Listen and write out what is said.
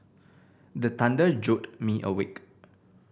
the thunder jolt me awake